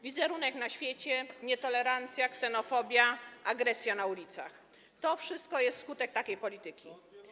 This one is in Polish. Wizerunek na świecie, nietolerancja, ksenofobia, agresja na ulicach - to wszystko jest skutkiem takiej polityki.